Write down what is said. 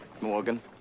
Morgan